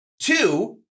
Two